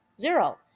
zero